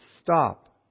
stop